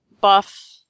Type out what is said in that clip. buff